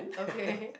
okay